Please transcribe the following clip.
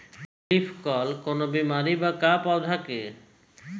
Leaf curl कौनो बीमारी बा का पौधा के?